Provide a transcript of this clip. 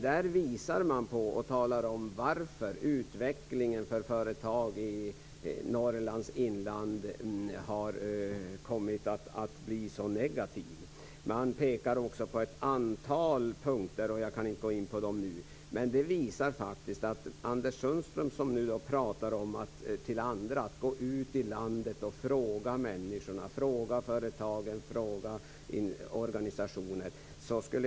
Där visar man på och talar om varför utvecklingen för företag i Norrlands inland har kommit att bli så negativ. Man pekar också på ett antal punkter, men jag kan inte gå in på dem nu. Anders Sundström talar nu om att åka ut i landet och fråga människorna, företagen och organisationer.